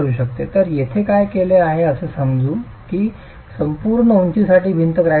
तर येथे काय केले आहे असे समजू की संपूर्ण उंचीसाठी भिंत क्रॅक झाली आहे